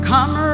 Come